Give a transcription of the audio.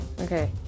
Okay